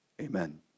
Amen